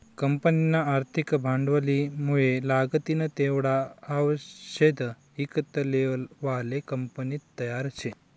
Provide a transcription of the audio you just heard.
कंपनीना आर्थिक भांडवलमुये लागतीन तेवढा आवषदे ईकत लेवाले कंपनी तयार शे